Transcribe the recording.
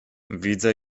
widzę